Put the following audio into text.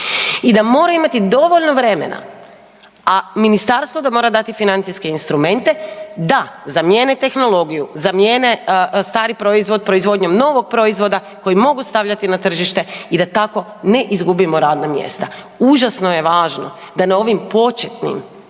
i da moraju imati dovoljno vremena, a Ministarstvo da mora dati financijske instrumente da zamijene tehnologiju, zamijene stari proizvod, proizvodnjom novog proizvoda koji mogu stavljati na tržište i da tako ne izgubimo radna mjesta. Užasno je važno da na ovim početnim,